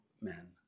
men